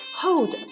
hold